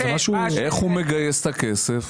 איך הוא מגייס את הכסף?